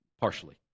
partially